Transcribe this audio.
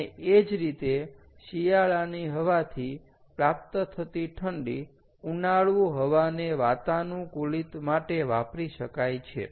અને એ જ રીતે શિયાળાની હવાથી પ્રાપ્ત થતી ઠંડી ઉનાળું હવાને વાતાનુકૂલિત માટે વાપરી શકાય છે